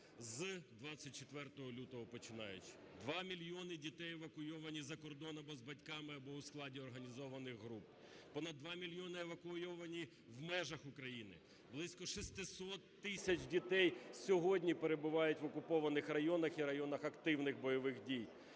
З 24 лютого починаючи. 2 мільйони дітей евакуйовані за кордон або з батьками або у складі організованих груп, понад 2 мільйони евакуйовані в межах України, близько 600 тисяч дітей сьогодні перебувають в окупованих районах і районах активних бойових дій.